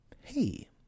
Hey